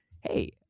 Hey